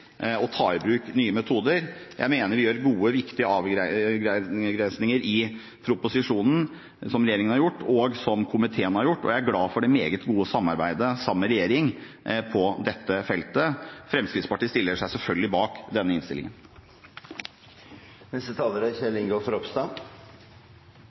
å ta i bruk nye metoder. Jeg mener at det gjøres gode og viktige avgrensninger i proposisjonen fra regjeringen og i innstillingen fra komiteen. Jeg er glad for det meget gode samarbeidet med regjeringen på dette feltet. Fremskrittspartiet stiller seg selvfølgelig bak denne innstillingen.